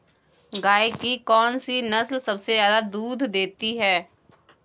गाय की कौनसी नस्ल सबसे ज्यादा दूध देती है?